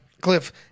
Cliff